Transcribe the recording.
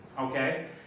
okay